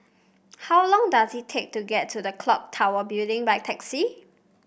how long does it take to get to the clock Tower Building by taxi